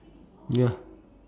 ya